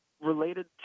Related